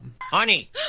Honey